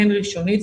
הן ראשונית,